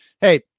hey